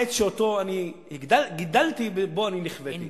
אומרים: העץ שאותו אני גידלתי, בו אני נכוויתי.